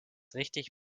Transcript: richtig